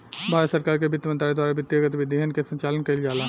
भारत सरकार के बित्त मंत्रालय द्वारा वित्तीय गतिविधियन के संचालन कईल जाला